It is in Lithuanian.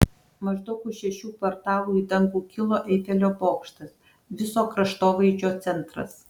maždaug už šešių kvartalų į dangų kilo eifelio bokštas viso kraštovaizdžio centras